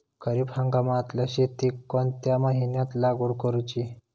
खरीप हंगामातल्या शेतीक कोणत्या महिन्यात लागवड करूची?